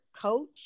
coach